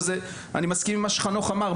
אני מסכים עם מה שחנוך אמר.